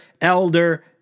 elder